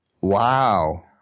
Wow